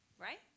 right